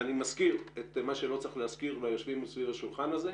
אני מזכיר את מה שלא צריך להזכיר ליושבים מסביב לשולחן הזה.